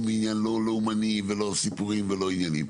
לא מעניין לאומני ולא סיפורים ולא עניינים,